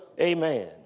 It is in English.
Amen